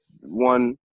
one